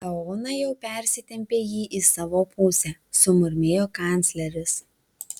eoną jau persitempė jį į savo pusę sumurmėjo kancleris